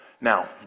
Now